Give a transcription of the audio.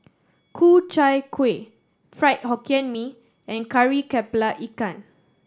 Ku Chai Kueh Fried Hokkien Mee and Kari Kepala Ikan